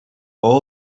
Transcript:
all